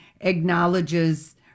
acknowledges